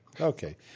Okay